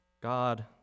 God